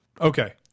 Okay